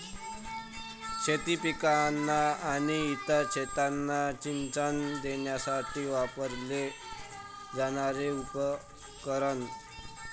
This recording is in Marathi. शेती पिकांना आणि इतर शेतांना सिंचन देण्यासाठी वापरले जाणारे उपकरण